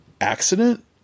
accident